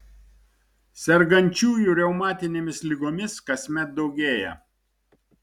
sergančiųjų reumatinėmis ligomis kasmet daugėja